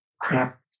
crap